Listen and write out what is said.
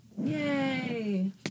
Yay